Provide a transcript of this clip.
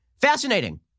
Fascinating